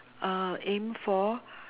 uh aim for